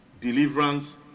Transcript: Deliverance